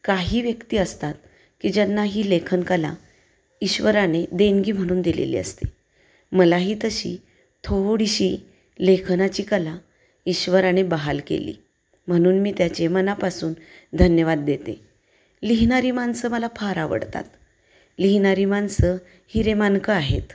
काही व्यक्ती असतात की ज्यांना ही लेखन कला ईश्वराने देणगी म्हणून दिलेली असते मला ही तशी थोडीशी लेखनाची कला ईश्वराने बहाल केली म्हणून मी त्याचे मनापासून धन्यवाद देते लिहिणारी माणसं मला फार आवडतात लिहिणारी माणसं हिरेमाणकं आहेत